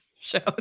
shows